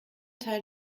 teil